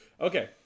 Okay